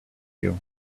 you